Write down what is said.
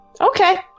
Okay